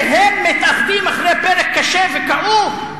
והם מתאחדים אחרי פרק קשה וכאוב,